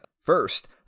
First